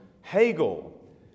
Hegel